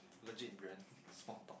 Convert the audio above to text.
legit brand small talk